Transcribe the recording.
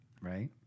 right